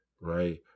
right